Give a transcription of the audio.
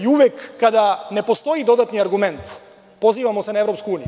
Uvek kada ne postoji dodatni argument, pozivamo se na EU.